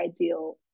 ideal